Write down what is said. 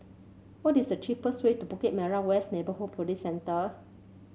what is the cheapest way to Bukit Merah West Neighbourhood Police Centre